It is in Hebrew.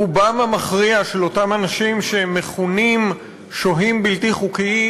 רובם המכריע של אותם אנשים שמכונים "שוהים בלתי חוקיים"